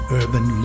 urban